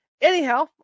Anyhow